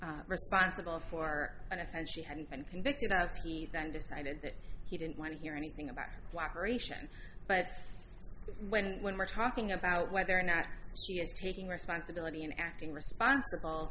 responsible for an offense she hadn't been convicted of he then decided that he didn't want to hear anything about black aeration but when when we're talking about whether or not it's taking responsibility and acting responsibl